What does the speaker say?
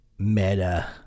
Meta